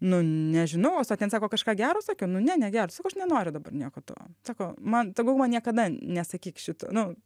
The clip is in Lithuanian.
nu nežinau o ten sako kažką gero sakė nu ne negero sako aš nenoriu dabar nieko to sako man tegul man niekada nesakyk šito nu